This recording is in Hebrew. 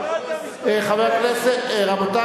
מה קרה?